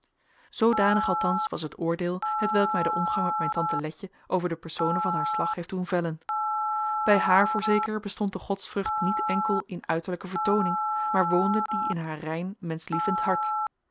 zoodanig althans was het oordeel hetwelk mij de omgang met mijn tante letje over de personen van haar slag heeft doen vellen bij haar voorzeker bestond de godsvrucht niet enkeld in uiterlijke vertooning maar woonde die in naar rein menschlievend hart